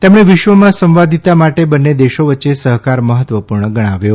તેમણે વિશ્વમાં સંવાદિતા માટે બંને દેશો વચ્ચે સહકાર મહત્વપૂર્ણ ગણાવ્યો